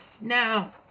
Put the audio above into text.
Now